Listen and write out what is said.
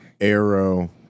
arrow